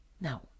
Now